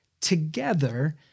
together